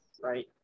right